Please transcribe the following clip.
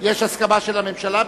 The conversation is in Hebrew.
חוק ומשפט לשם הכנתה לקריאה ראשונה.